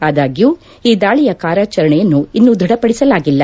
ಆದಾಗ್ಯೂ ಈ ದಾಳಿಯ ಕಾರ್ಯಾಚರಣೆಯನ್ನು ಇನ್ನೂ ದೃಢಪದಿಸಲಾಗಿಲ್ಲ